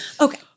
Okay